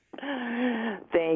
thank